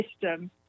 system